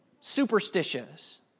superstitious